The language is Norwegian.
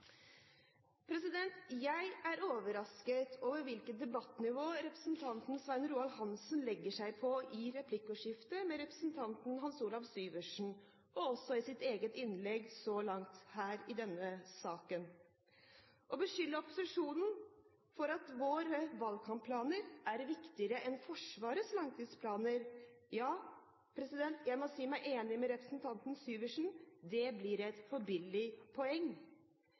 Jeg er overrasket over hvilket debattnivå representanten Svein Roald Hansen legger seg på i replikkordskiftet med representanten Hans Olav Syversen – og også i sitt eget innlegg så langt her i denne saken. Når det gjelder å beskylde opposisjonen for at våre valgkampplaner er viktigere enn Forsvarets langtidsplaner, må jeg si meg enig med representanten Syversen: Det blir et «for billig» poeng.